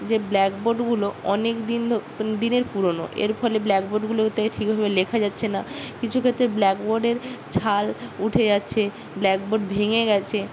যে ব্ল্যাক বোর্ডগুলো অনেক দিন দিনের পুরোনো এর ফলে ব্ল্যাক বোর্ডগুলোতে ঠিকভাবে লেখা যাচ্ছে না কিছু ক্ষেত্রে ব্ল্যাক বোর্ডের ছাল উঠে যাচ্ছে ব্ল্যাক বোর্ড ভেঙে গেছে